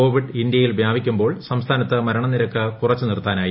Covid ഇന്ത്യയിൽ വ്യാപിക്കുമ്പോൾ സംസ്ഥാനത്ത് മരണനിരക്ക് നിർത്താനായി